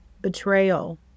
betrayal